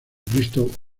bristol